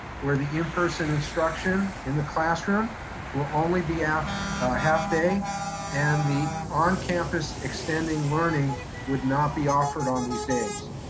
where the in-person instruction in the classroom will only be half half day and the on-campus extending learning would not be offered on these days.